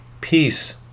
peace